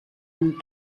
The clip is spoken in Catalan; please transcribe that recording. amb